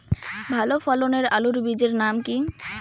ভালো ফলনের আলুর বীজের নাম কি?